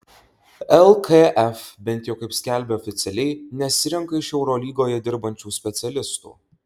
lkf bent jau kaip skelbia oficialiai nesirenka iš eurolygoje dirbančių specialistų